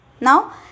now